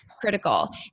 critical